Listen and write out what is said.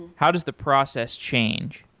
how does the process change?